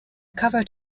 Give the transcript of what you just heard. cover